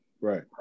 Right